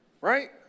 Right